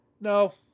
No